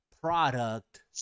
product